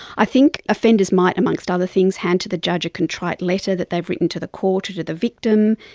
i think offenders might, amongst other things, hand to the judge a contrite letter that they have written to the court or to the victim.